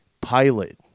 pilot